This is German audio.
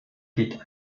gilt